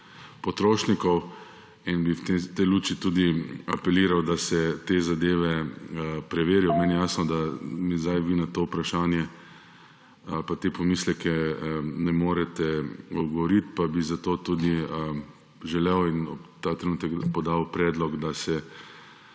potrošnikov in bi v tej luči tudi apeliral, da se te zadeve preverijo. Meni je jasno, da mi zdaj vi na to vprašanje ali pa te pomisleke ne morete odgovoriti, pa bi zato tudi želel in ta trenutek podal predlog, da se